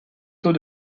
taux